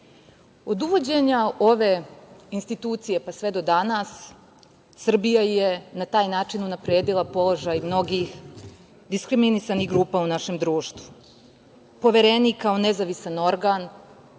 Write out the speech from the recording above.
Od uvođenja ove institucije, pa sve do danas Srbija je na taj način unapredila položaj mnogih diskriminisanih grupa u našem društvu. Poverenik kako nezavistan organ